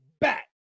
back